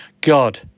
God